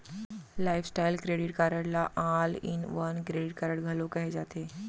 lifestyle credit card ल all in one credit card घलो केहे जाथे